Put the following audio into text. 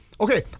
Okay